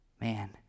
Man